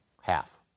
half